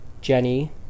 Jenny